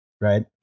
right